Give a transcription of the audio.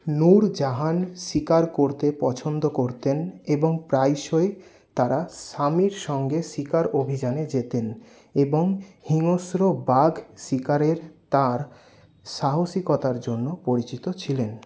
নুরজাহান শিকার করতে পছন্দ করতেন এবং প্রায়শই তাঁরা স্বামীর সঙ্গে শিকার অভিযানে যেতেন এবং হিংস্র বাঘ শিকারের তাঁর সাহসিকতার জন্য পরিচিত ছিলেন